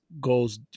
goes